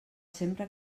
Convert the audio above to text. sempre